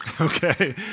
okay